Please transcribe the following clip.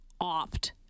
opt